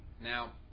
Now